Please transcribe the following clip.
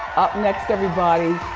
up next, everybody,